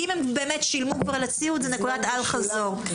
אם הם באמת שילמו עבור הציוד, זו נקודת אל חזור.